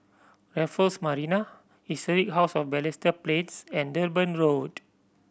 Raffles Marina Historic House of Balestier Plains and Durban Road